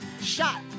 shot